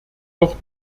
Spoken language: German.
doch